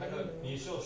I don't know